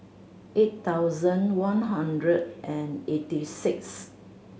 eight thousand one hundred and eighty six